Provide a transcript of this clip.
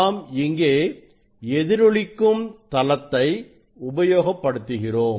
நாம் இங்கே எதிரொளிக்கும் தளத்தை உபயோகப்படுத்துகிறோம்